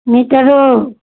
मीटरो